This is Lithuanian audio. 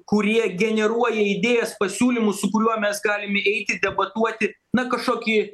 kurie generuoja idėjas pasiūlymus su kuriuo mes galime eiti debatuoti na kažkokį